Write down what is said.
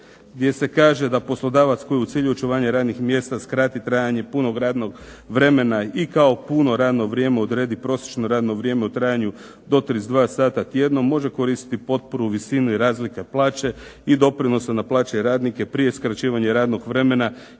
gdje se kaže da "Poslodavac koji u cilju očuvanja radnih mjesta skrati trajanje punog radnog vremena i kao puno radno vrijeme odredi prosječno radno vrijeme u trajanju do 32 sata tjedno, može koristiti potporu u visini razlike plaće i doprinosa na plaće radnika prije skraćivanja radnog vremena